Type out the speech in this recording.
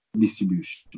distribution